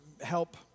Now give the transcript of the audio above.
help